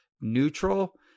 neutral